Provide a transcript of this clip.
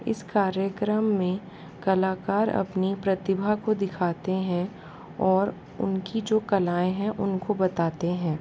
इस कार्यक्रम में कलाकार अपनी प्रतिभा को दिखाते हैं और उनकी जो कलाएं हैं उनको बताते हैं